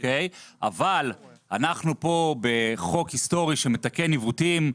אבל אנחנו פה בחוק היסטורי שמתקן עיוותים,